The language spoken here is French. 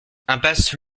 impasse